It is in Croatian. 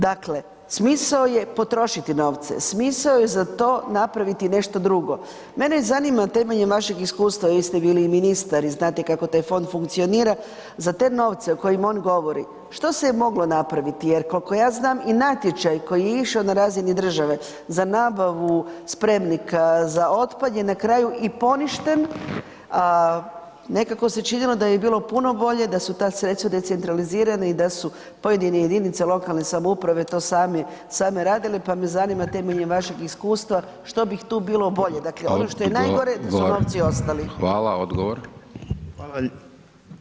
Dakle, smisao je potrošiti novce, smisao je za to napraviti nešto drugo, mene zanima temeljem vašeg iskustva jer ste bili i ministar i znate kako taj fond funkcionira, za te novce o kojima on govori što se je moglo napraviti jer kolko ja znam i natječaj koji je išao na razini države za nabavu spremnika za otpad je na kraju i poništen, a nekako se činilo da bi bilo puno bolje da su ta sredstva decentralizirana i da su pojedine jedinice lokalne samouprave to sami, same radile, pa me zanima temeljem vašeg iskustva što bih tu bilo bolje [[Upadica: Odgovor]] dakle ono što je nagore da su novci ostali.